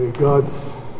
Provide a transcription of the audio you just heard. God's